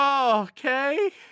Okay